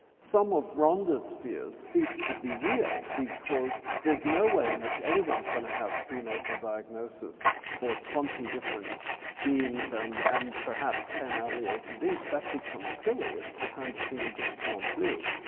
some of rhonda's fears cease to be real, because there's no way in which anyone's going to have prenatal diagnoses for twenty different genes and um perhaps ten ah alials of each. that becomes silly. it's the kind of thing you just can't do.